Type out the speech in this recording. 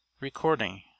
Recording